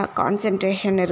concentration